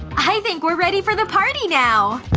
i think we're ready for the party now!